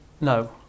no